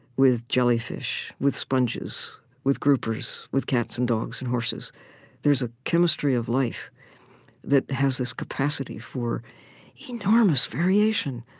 with jellyfish, with sponges, with groupers, with cats and dogs and horses there's a chemistry of life that has this capacity for enormous variation,